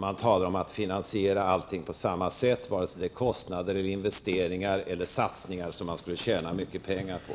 Man talar om att finansiera allting på samma sätt vare sig det är kostnader, investeringar eller satsningar som man skulle tjäna mycket pengar på.